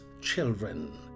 children